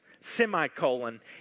semicolon